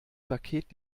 paket